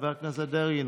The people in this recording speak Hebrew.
חבר הכנסת דרעי,